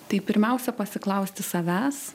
tai pirmiausia pasiklausti savęs